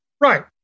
Right